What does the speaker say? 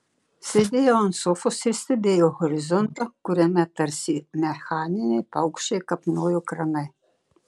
sėdėjau ant sofos ir stebėjau horizontą kuriame tarsi mechaniniai paukščiai kapnojo kranai